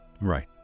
right